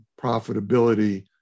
profitability